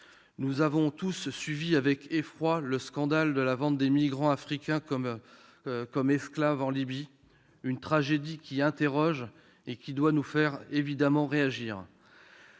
Nous avons tous suivi avec effroi le scandale de la vente de migrants africains comme esclaves en Libye. Cette tragédie nous interroge et doit évidemment nous